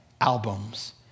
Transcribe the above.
albums